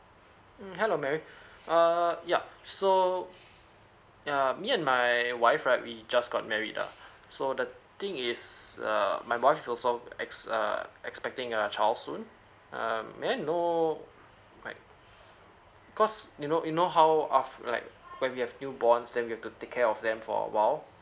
mm hello mary err yup so uh me and my my wife right we just got married ah so the thing is uh my wife also ex err expecting a child soon um may I know like cause you know you know how of like when we have new borns then we have to take care of them for a while